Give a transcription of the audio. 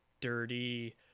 dirty